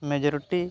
majority